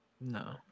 No